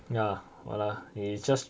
ya ya lah its just